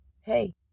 hey